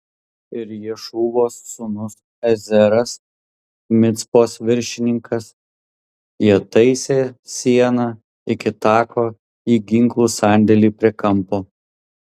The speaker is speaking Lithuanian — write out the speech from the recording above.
ir ješūvos sūnus ezeras micpos viršininkas jie taisė sieną iki tako į ginklų sandėlį prie kampo